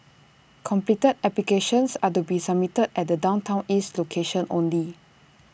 completed applications are to be submitted at the downtown east location only